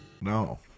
No